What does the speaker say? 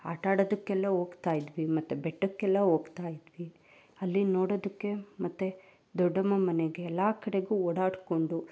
ಆಟಾಡೋದಕ್ಕೆಲ್ಲ ಹೋಗ್ತಾಯಿದ್ವಿ ಮತ್ತು ಬೆಟ್ಟಕ್ಕೆಲ್ಲ ಹೋಗ್ತಾಯಿದ್ವಿ ಅಲ್ಲಿ ನೋಡೋದಕ್ಕೆ ಮತ್ತೆ ದೊಡ್ಡಮ್ಮ ಮನೆಗೆ ಎಲ್ಲ ಕಡೆಗೂ ಓಡಾಡಿಕೊಂಡು